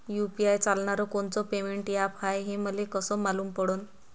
UPI चालणारं कोनचं payment app हाय, हे मले कस मालूम पडन?